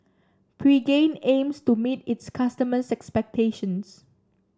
Pregain aims to meet its customers' expectations